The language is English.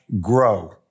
grow